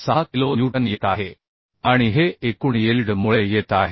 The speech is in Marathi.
6 किलो न्यूटन येत आहे आणि हे एकूण यिल्ड मुळे येत आहे